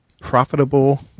profitable